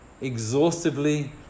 exhaustively